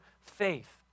faith